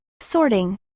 sorting